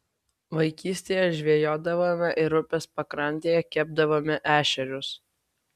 vaikystėje žvejodavome ir upės pakrantėje kepdavome ešerius